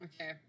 Okay